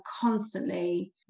constantly